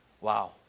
Wow